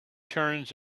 turns